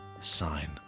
sign